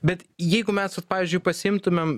bet jeigu mes vat pavyzdžiui pasiimtumėm